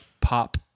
pop